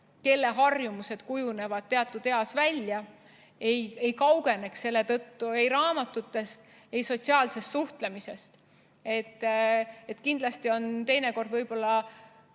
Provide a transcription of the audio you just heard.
kelle harjumused kujunevad välja teatud eas, ei kaugeneks selle tõttu ei raamatutest ega sotsiaalsest suhtlemisest. Kindlasti on teinekord võib-olla